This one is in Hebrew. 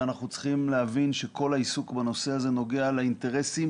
אנחנו צריכים להבין שכל העיסוק בנושא הזה נוגע לאינטרסים